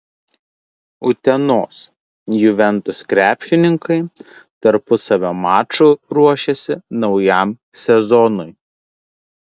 utenos juventus krepšininkai tarpusavio maču ruošiasi naujam sezonui